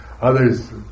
Others